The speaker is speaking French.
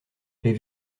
les